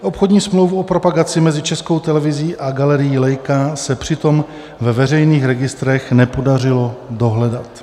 Obchodní smlouvu o propagaci mezi Českou televizí a galerií Leica se přitom ve veřejných registrech nepodařilo dohledat.